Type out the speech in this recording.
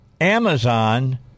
Amazon